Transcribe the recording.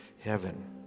heaven